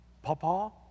Papa